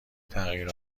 تغییر